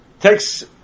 takes